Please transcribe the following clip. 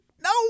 no